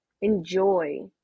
enjoy